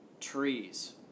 Trees